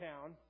town